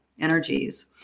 energies